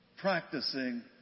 practicing